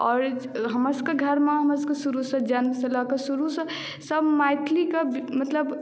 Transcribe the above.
आओर हमर सभके घर मे हमर सभकेँ शुरुसँ लऽ कऽ जन्म सँ लऽ कऽ शुरु सँ सभ मैथिलीके मतलब